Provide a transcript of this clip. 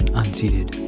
unseated